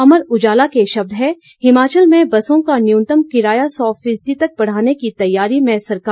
अमर उजाला के शब्द हैं हिमाचल में बसों का न्यूनतम किराया सौ फीसदी तक बढ़ाने की तैयारी में सरकार